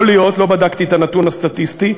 יכול להיות, לא בדקתי את הנתון הסטטיסטי.